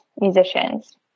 musicians